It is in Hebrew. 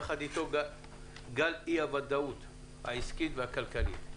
יחד אתו גל אי-הוודאות העסקית והכלכלית.